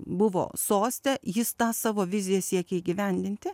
buvo soste jis tą savo viziją siekė įgyvendinti